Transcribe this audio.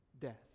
death